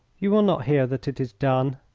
you will not hear that it is done.